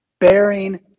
bearing